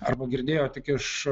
arba girdėjo tik iš